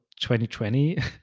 2020